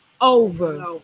over